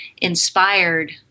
inspired